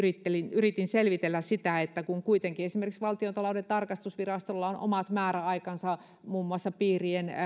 yritin selvitellä sitä kun kuitenkin esimerkiksi valtiontalouden tarkastusvirastolla on omat määräaikansa muun muassa piirien